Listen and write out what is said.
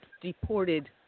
deported